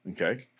Okay